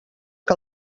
que